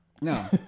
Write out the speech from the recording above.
no